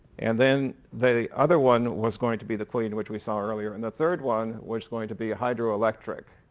and then the other one was going to be the queen which we saw earlier. and the third one was going to be a hydroelectric.